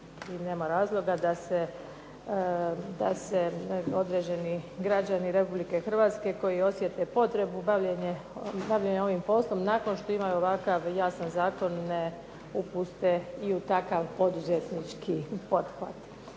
i nema razloga da se određeni građani RH koji osjete potrebu bavljenjem ovim poslom nakon što imaju ovakav jasan zakon ne upuste i u takav poduzetnički pothvat.